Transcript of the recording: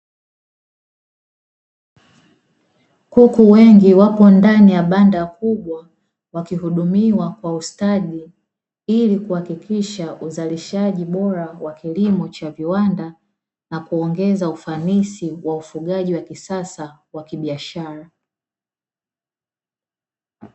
Kuku wengi wako ndani ya banda kubwa wakihudumiwa kwa ustadi, ili kuhakikisha uzalishaji bora wa kilimo cha viwada na kuongeza ufanisi wa ufugaji wa kisasa wa kibiashara.